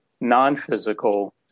non-physical